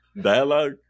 Dialogue